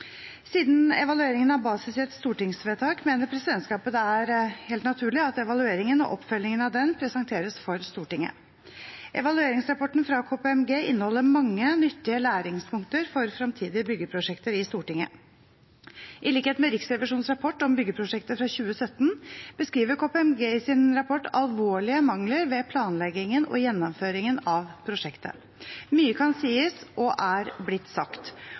Siden evalueringen har basis i et stortingsvedtak, mener presidentskapet det er helt naturlig at evalueringen og oppfølgingen av den presenteres for Stortinget. Evalueringsrapporten fra KPMG inneholder mange nyttige læringspunkter for fremtidige byggeprosjekter i Stortinget. I likhet med Riksrevisjonens rapport om byggeprosjektet fra 2017 beskriver KPMG i sin rapport alvorlige mangler ved planleggingen og gjennomføringen av prosjektet. Mye kan sies, og er blitt sagt,